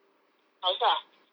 house lah